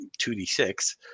2D6